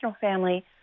family